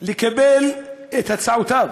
לקבל את הצעותיו,